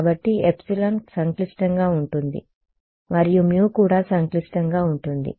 కాబట్టి ε సంక్లిష్టంగా ఉంటుంది మరియు μ కూడా సంక్లిష్టంగా ఉంటుంది